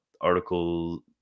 article